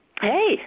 Hey